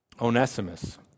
Onesimus